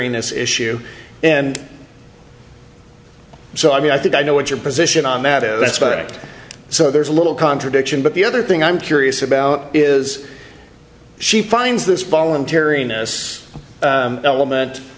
in this issue and so i mean i think i know what your position on that is that's about it so there's a little contradiction but the other thing i'm curious about is she finds this voluntariness element